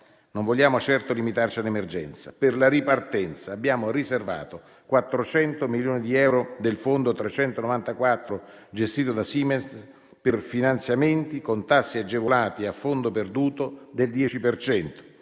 Non vogliamo certo limitarci all'emergenza. Per la ripartenza abbiamo riservato 400 milioni di euro del Fondo 394 gestito da Simest per finanziamenti con tassi agevolati e a fondo perduto del 10